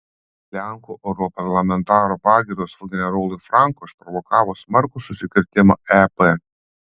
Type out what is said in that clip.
lenkų europarlamentaro pagyros generolui franco išprovokavo smarkų susikirtimą ep